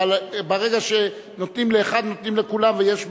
אבל ברגע שנותנים לאחד נותנים לכולם ויש בעיה.